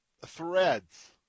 threads